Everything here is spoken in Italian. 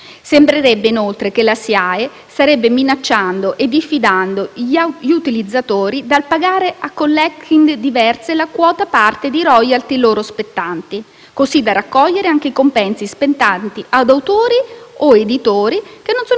Sembrerebbe inoltre che la SIAE starebbe minacciando e diffidando gli utilizzatori dal pagare a *collecting* diverse la quota parte di *royalty* loro spettanti, così da raccogliere anche i compensi spettanti ad autori o editori che non sono iscritti